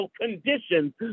conditions